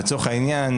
לצורך העניין,